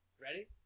Ready